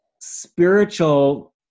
spiritual